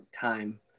time